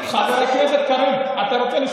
חברת הכנסת סטרוק, זה לא הוגן.